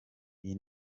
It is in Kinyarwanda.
iyi